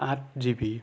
আঠ G B